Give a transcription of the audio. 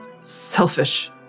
selfish